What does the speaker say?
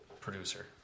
producer